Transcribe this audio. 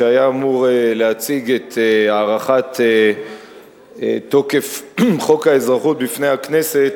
שהיה אמור להציג את הארכת תוקף חוק האזרחות בפני הכנסת,